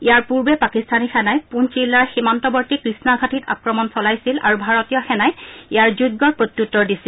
ইয়াৰ পূৰ্বে পাকিস্তানী সেনাই পুঞ্চ জিলাৰ সীমাৰ কৃষ্ণা ঘাটীত আক্ৰমণত চলাইছিল আৰু ভাৰতীয় সেনাই ইয়াৰ যোগ্য প্ৰত্যুত্তৰ দিছিল